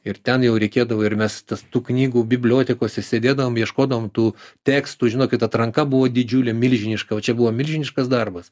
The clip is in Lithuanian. ir ten jau reikėdavo ir mes tų knygų bibliotekose sėdėdavom ieškodavom tų tekstų žinokit atranka buvo didžiulė milžiniška o čia buvo milžiniškas darbas